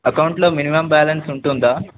అకౌంట్లో minimum balance ఉంటుందా